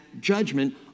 judgment